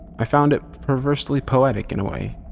i found it perversely poetic in a way.